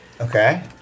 Okay